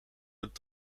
dat